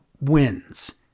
wins